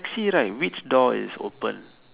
see right which door is open